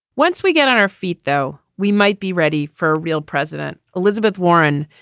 once we get on our feet, though, we might be ready for a real president. elizabeth warren,